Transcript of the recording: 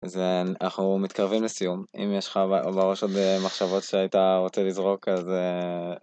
אז אנחנו מתקרבים לסיום אם יש לך בראש עוד מחשבות שהיית רוצה לזרוק אז.